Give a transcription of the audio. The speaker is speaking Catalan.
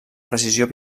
precisió